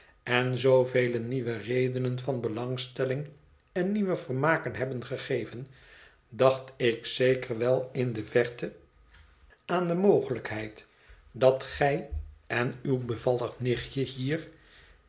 en zoovele nieuwe redenen van belangstelling en nieuwe vermaken hebben gegeven dacht ik zeker wel in de verte aan de mogelijkheid dat gij en uw bevallig nichtje hier